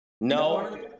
No